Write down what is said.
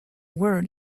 word